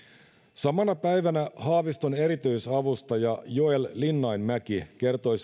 samana päivänä haaviston erityisavustaja joel linnainmäki kertoi